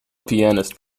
pianist